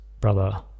brother